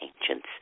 ancients